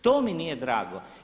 To mi nije drago.